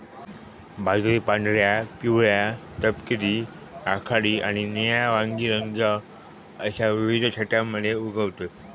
बाजरी पांढऱ्या, पिवळ्या, तपकिरी, राखाडी आणि निळ्या वांगी रंग अश्या विविध छटांमध्ये उगवतत